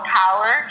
power